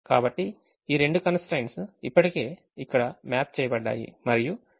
కాబట్టి ఈ రెండు constraints ఇప్పటికే ఇక్కడ మ్యాప్ చేయబడ్డాయి మరియు విలువలు ఇక్కడ వ్రాయబడ్డాయి